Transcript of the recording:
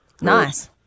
Nice